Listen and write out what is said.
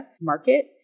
Market